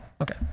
Okay